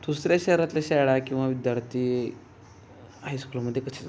दुसऱ्या शहरातल्या शाळा किंवा विद्यार्थी हायस्कूलमध्ये कशी जातात